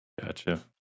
Gotcha